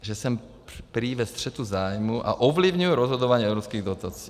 Že jsem prý ve střetu zájmů a ovlivňuji rozhodování o evropských dotacích.